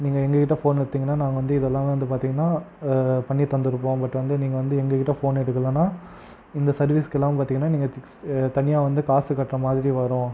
நீங்கள் எங்கள்கிட்ட ஃபோன் எடுத்திங்கன்னால் நாங்கள் வந்து இதெல்லாம் வந்து பார்த்திங்கன்னா பண்ணி தந்துருப்போம் பட் வந்து நீங்கள் வந்து எங்கள்கிட்ட ஃபோன் எடுக்கலேனா இந்த சர்வீஸ்க்கெலாம் பார்த்திங்கன்னா நீங்கள் தனியாக வந்து காசு கட்டுற மாதிரி வரும்